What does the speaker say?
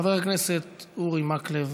חבר הכנסת אורי מקלב,